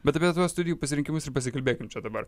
bet apie tuos studijų pasirinkimus ir pasikalbėkim čia dabar